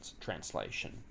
Translation